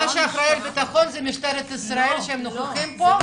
מי שאחראי על הביטחון זו משטרת ישראל שנוכחים פה,